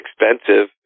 expensive